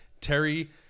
Terry